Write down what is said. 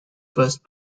first